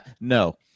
no